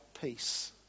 peace